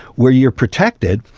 where you're protected,